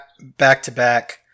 back-to-back